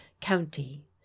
county